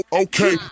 okay